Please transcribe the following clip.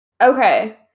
Okay